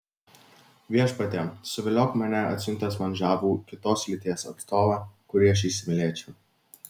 viešpatie suviliok mane atsiuntęs man žavų kitos lyties atstovą kurį aš įsimylėčiau